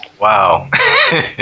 Wow